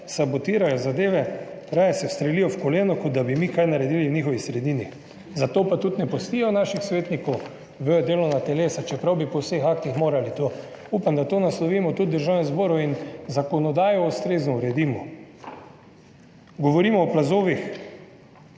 Sabotirajo zadeve, raje se ustrelijo v koleno, kot da bi mi kaj naredili v njihovi sredini. Zato pa tudi ne pustijo naših svetnikov v delovna telesa, čeprav bi jih po vseh aktih morali. Upam, da to naslovimo tudi v Državnem zboru in zakonodajo ustrezno uredimo. Govorimo o plazovih,